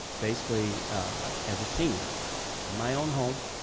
basically as a senior in my own home,